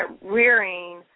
rearing